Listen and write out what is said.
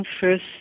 first